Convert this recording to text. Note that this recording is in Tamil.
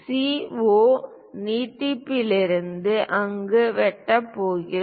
CO நீட்டிப்பிலிருந்து அங்கு வெட்டப் போகிறது